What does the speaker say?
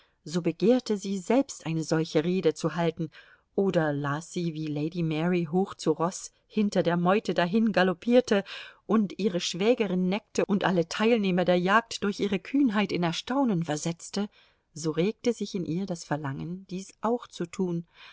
so begehrte sie selbst eine solche rede zu halten oder las sie wie lady mary hoch zu roß hinter der meute dahingaloppierte und ihre schwägerin neckte und alle teilnehmer der jagd durch ihre kühnheit in erstaunen versetzte so regte sich in ihr das verlangen dies auch zu tun